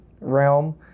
realm